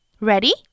Ready